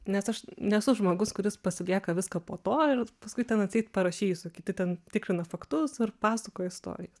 nes aš nesu žmogus kuris pasilieka viską po to ir paskui ten atseit parašysiu kiti ten tikrina faktus ir pasakoja istorijas